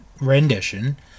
rendition